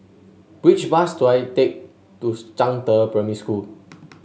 which bus do I take to Zhangde Primary School